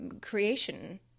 creation